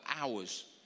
hours